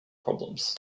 problems